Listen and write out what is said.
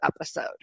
episode